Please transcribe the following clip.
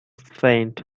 faint